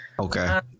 Okay